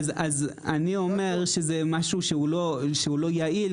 אז אני אומר שזה משהו שהוא לא יעל,